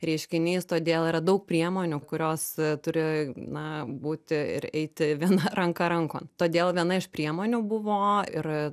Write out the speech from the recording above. reiškinys todėl yra daug priemonių kurios turi na būti ir eiti viena ranka rankon todėl viena iš priemonių buvo ir